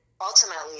ultimately